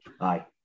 Aye